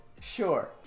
Sure